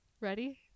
Ready